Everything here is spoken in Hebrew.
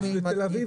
בתיאום אתי.